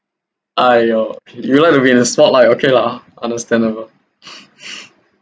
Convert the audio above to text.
!aiyo! you like to be in spotlight okay lah understandable